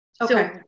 Okay